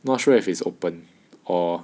not sure if it's open or